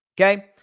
Okay